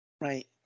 Right